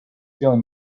feeling